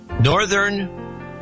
northern